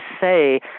say